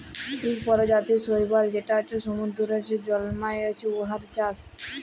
ইক পরজাতির শৈবাল যেট সমুদ্দুরে জল্মায়, উয়ার চাষ